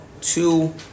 two